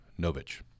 Novich